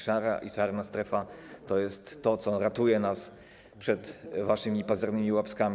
Szara i czarna strefa to jest to, co ratuje nas przed waszymi pazernymi łapskami.